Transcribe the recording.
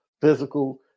physical